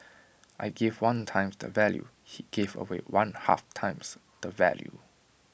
I gave one times the value he gave away one half times the value